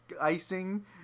icing